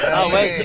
oh wait,